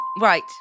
Right